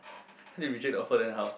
later they reject the offer then how